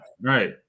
Right